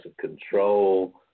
control